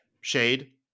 shade